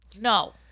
No